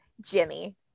Jimmy